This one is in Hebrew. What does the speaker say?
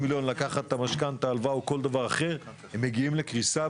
החלק האחרון והאבסורדי מבניהם,